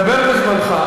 דבר בזמנך.